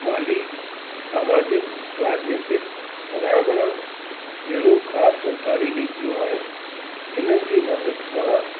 माली समाजिक राजनैतिक पर्यावरण जहिड़ो ख़ासि सरकारी नितियूं आहिनि इन्हनि जी मदद सां